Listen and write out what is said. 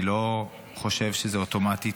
אני לא חושב שזה אוטומטי,